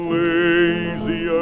lazy